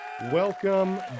Welcome